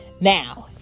now